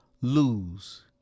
lose